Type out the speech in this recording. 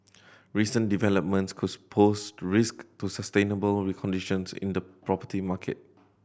recent developments could suppose to risk to sustainable conditions in the property market